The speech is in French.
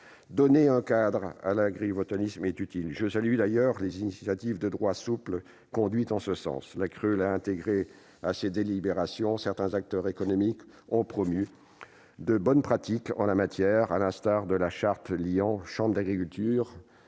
Donner un cadre à l'agrivoltaïsme est utile. À cet égard, je salue les initiatives de droit souple conduites en ce sens : la CRE l'a intégré à ses délibérations ; certains acteurs économiques ont promu de bonnes pratiques en la matière, à l'instar de la charte adoptée par Chambres d'agriculture-France,